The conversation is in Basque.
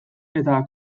eta